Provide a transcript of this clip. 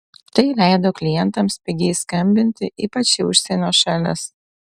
tai leido klientams pigiai skambinti ypač į užsienio šalis